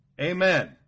Amen